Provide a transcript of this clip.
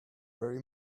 very